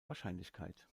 wahrscheinlichkeit